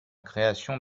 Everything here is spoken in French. création